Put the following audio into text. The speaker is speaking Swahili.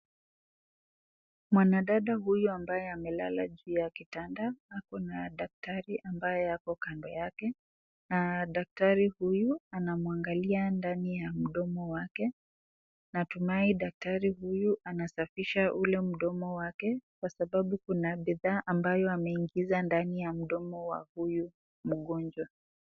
Mwanadada huyu ambaye amelala juu ya kitanda ako na daktari ambaye ako kando yake na daktari huyu anamwagalia ndani ya mdomo yake na tumaye daktari huyu anasafisha mdomo wake kwa sababu Kuna bidhaa ambayo ameingisha ndani ya mdomo ya huyu mgonjwa.